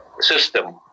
system